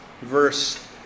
Verse